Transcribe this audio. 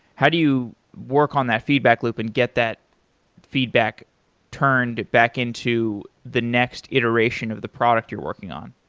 how do you work on that feedback loop and get that feedback turned back into the next iteration of the product you're working on?